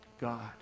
God